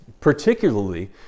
particularly